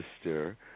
sister